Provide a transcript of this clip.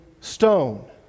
stone